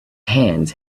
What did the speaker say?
hands